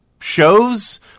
shows